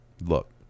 look